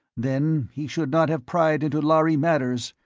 then he should not have pried into lhari matters,